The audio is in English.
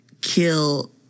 kill